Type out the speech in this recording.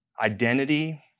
identity